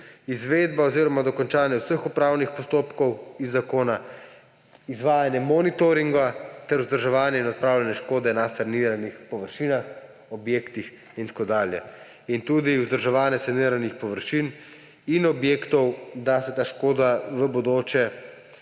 izvedba oziroma dokončanje vseh upravnih postopkov iz zakona, izvajanje monitoringa ter vzdrževanje in odpravljanje škode na saniranih površinah, objektih in tako dalje. In tudi vzdrževanje saniranih površin in objektov, da se ta škoda v prihodnje